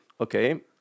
okay